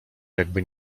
jakby